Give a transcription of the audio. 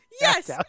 Yes